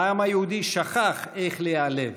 העם היהודי שכח איך להיעלב.